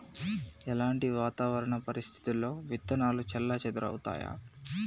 ఎలాంటి వాతావరణ పరిస్థితుల్లో విత్తనాలు చెల్లాచెదరవుతయీ?